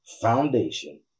foundation